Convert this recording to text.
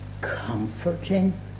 comforting